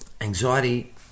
Anxiety